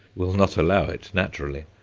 will not allow it, naturally.